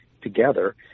together